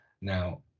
now